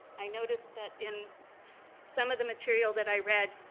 i noticed that in some of the material that i read,